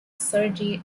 sergei